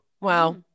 wow